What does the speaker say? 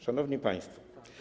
Szanowni Państwo!